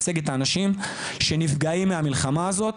לייצג את האנשים שנפגעים מהמלחמה הזאת,